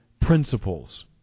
principles